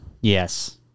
Yes